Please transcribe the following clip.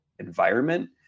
environment